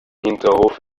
hinterhof